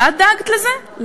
שאת דאגת לזה,